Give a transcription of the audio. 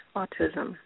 autism